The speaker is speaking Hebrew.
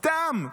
סתם,